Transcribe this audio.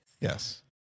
Yes